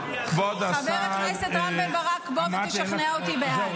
חבר הכנסת רם בן ברק, בוא ותשכנע אותי בעד.